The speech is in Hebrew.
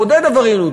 מעודד עבריינות,